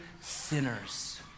sinners